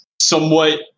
somewhat